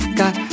got